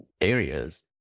areas